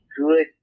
good